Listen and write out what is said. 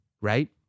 right